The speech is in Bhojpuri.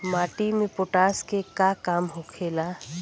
माटी में पोटाश के का काम होखेला?